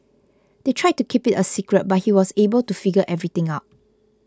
they tried to keep it a secret but he was able to figure everything out